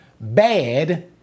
bad